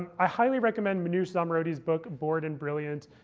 i highly recommend manoush zomorodi's book bored and brilliant.